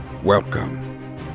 Welcome